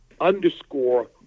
underscore